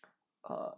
err